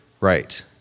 Right